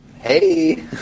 Hey